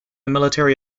military